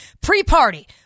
pre-party